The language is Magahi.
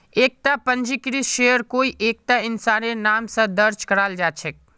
एकता पंजीकृत शेयर कोई एकता इंसानेर नाम स दर्ज कराल जा छेक